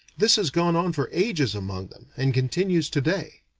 this has gone on for ages among them, and continues today.